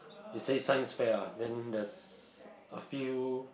it says Science fair ah then there's a few